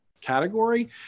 category